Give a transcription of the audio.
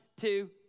two